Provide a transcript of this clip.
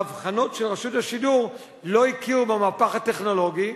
ההבחנות של רשות השידור לא הכירו במהפך הטכנולוגי,